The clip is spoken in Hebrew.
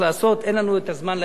אין לנו הזמן לעניין הזה,